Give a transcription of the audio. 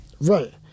Right